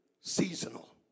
seasonal